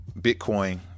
Bitcoin